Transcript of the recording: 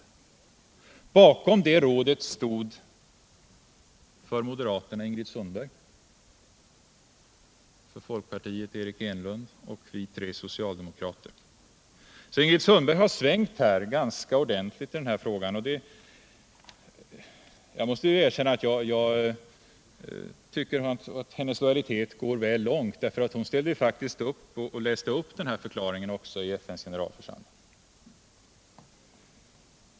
Bakom det rådet stod för moderaterna Ingrid Sundberg, för folkpartiet Eric Enlund och vi tre socialdemokrater. Så Ingrid Sundberg har svängt ganska ordentligt i den här frågan. Jag måste säga att jag tycker hennes lojalitet går väl långt, ty hon läste faktiskt upp den här förklaringen i FN:s generalförsamling.